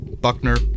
buckner